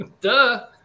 Duh